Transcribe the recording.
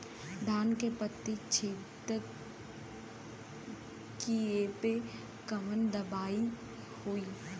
धान के पत्ती छेदक कियेपे कवन दवाई होई?